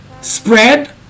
spread